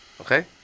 Okay